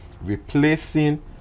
replacing